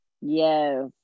Yes